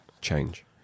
change